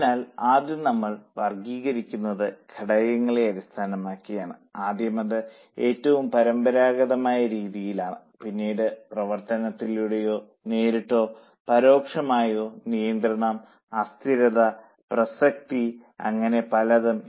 അതിനാൽ ആദ്യം നമ്മൾ വർഗ്ഗീകരിക്കുന്നത് ഘടകങ്ങളെ അടിസ്ഥാനമാക്കിയാണ് ആദ്യം അത് ഏറ്റവും പരമ്പരാഗതമായ രീതികളിലൊന്നാണ് പിന്നീട് പ്രവർത്തനത്തിലൂടെയോ നേരിട്ടുള്ളതോ പരോക്ഷമായോ നിയന്ത്രണം അസ്ഥിരത പ്രസക്തി അങ്ങനെ പലതും